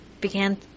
began